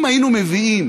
אם היינו מביאים